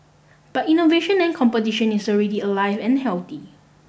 but innovation and competition is already alive and healthy